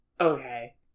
Okay